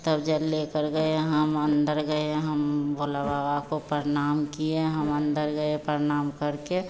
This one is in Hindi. तब जल लेकर गए हम अन्दर गए हम भोला बाबा को परनाम किए हम अन्दर गए परनाम करके